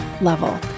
Level